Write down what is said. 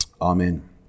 Amen